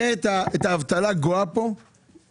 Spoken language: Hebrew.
את האבטלה גואה פה גם בלי קורונה.